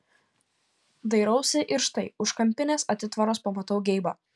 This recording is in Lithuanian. dairausi ir štai už kampinės atitvaros pamatau geibą